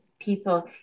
people